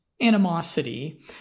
animosity